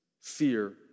fear